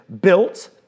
built